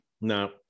No